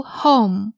home